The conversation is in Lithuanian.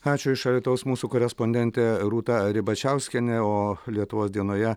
ačiū iš alytaus mūsų korespondentė rūta ribačiauskienė o lietuvos dienoje